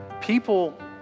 people